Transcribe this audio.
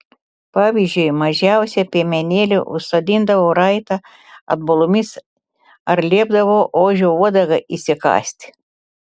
pavyzdžiui mažiausią piemenėlį užsodindavo raitą atbulomis ar liepdavo ožio uodegą įsikąsti